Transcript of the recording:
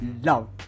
love